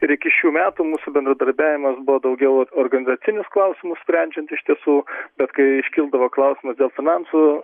ir iki šių metų mūsų bendradarbiavimas buvo daugiau organizacinius klausimus sprendžiant iš tiesų bet kai iškildavo klausimas dėl finansų